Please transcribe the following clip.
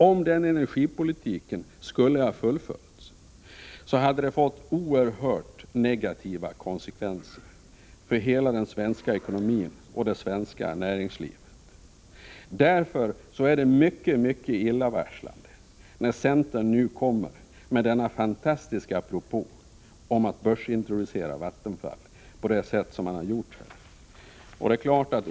Om den energipolitiken skulle ha fullföljts, skulle det ha fått oerhört negativa konsekvenser för hela den svenska ekonomin och det svenska näringslivet. Därför är det mycket illavarslande när centern nu kommer med denna fantastiska propå om att börsintroducera Vattenfall på det sätt man har angivit.